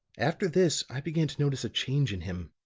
after this i began to notice a change in him.